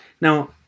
Now